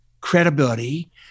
credibility –